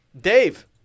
Dave